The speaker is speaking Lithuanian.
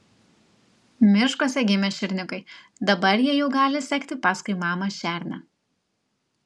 miškuose gimė šerniukai dabar jie jau gali sekti paskui mamą šernę